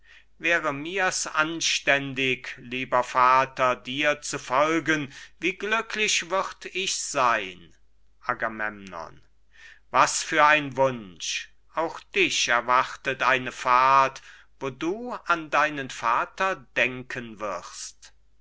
wäre mir's anständig lieber vater dir zu folgen wie glücklich würd ich sein agamemnon was für ein wunsch auch dich erwartet eine fahrt wo du an deinen vater denken wirst